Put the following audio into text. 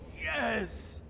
Yes